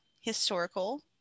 historical